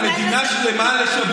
תתכונן לזה.